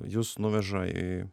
jus nuveža į